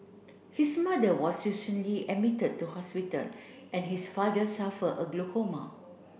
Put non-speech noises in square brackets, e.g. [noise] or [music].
his mother was [unintelligible] admitted to hospital and his father suffer a glaucoma